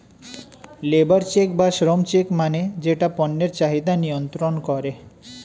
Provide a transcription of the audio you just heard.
labour check বা শ্রম check মানে যেটা পণ্যের চাহিদা নিয়ন্ত্রন করে